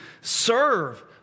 Serve